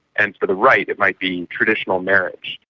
and for the right it might be traditional marriage.